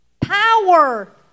Power